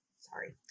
Sorry